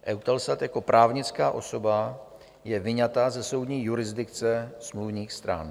EUTELSAT jako právnická osoba je vyňata ze soudní jurisdikce smluvních stran.